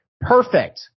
Perfect